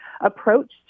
Approach